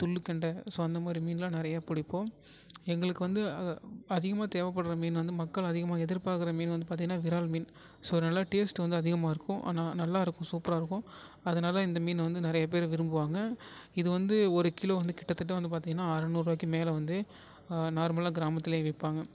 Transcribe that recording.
துள்ளுக்கண்டை so அந்த மாதிரி மீன்லாம் நிறைய பிடிப்போம் எங்களுக்கு வந்து அதிகமாக தேவைப்படுற மீன் வந்து மக்கள் அதிகமாக எதிர்பார்க்குற மீன் வந்து பார்த்தீங்கன்னா விறால் மீன் ஸோ நல்ல டேஸ்ட் வந்து அதிகமாக இருக்கும் ஆனால் நல்லாருக்கும் சூப்பராக இருக்கும் அதனால் இந்த மீன் வந்து நிறைய பேர் விரும்புவாங்கள் இது வந்து ஒரு கிலோ வந்து கிட்டத்தட்ட வந்து பார்த்தீங்கன்னா அறநூறுபாய்க்கு மேலே வந்து நார்மலாக கிராமத்திலே அது விற்பாங்க